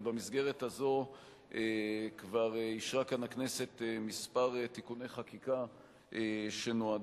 ובמסגרת הזו כבר אישרה כאן הכנסת כמה תיקוני חקיקה שנועדו